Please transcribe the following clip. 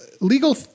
legal